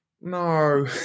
no